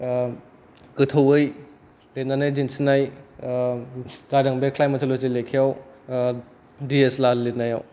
गोथौयै लिरनानै दिनथिनाय जादों बे क्लाइमेट'लजिनि लेखाआव दि एस लाल लिरनायाव